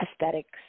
aesthetics